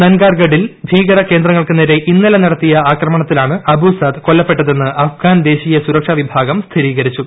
നൻഗാർഗഡിൽ ഭീകര കേന്ദ്രങ്ങൾക്കുനേരെ ഇന്നലെ നടത്തിയ ആക്രമണത്തിലാണ് അബുസാദ് കൊല്ലപ്പെട്ടതെന്ന് അഫ്ഗാൻ ദേശീയ സുരക്ഷാ വിഭാഗം സ്ഥിരീകരിച്ചു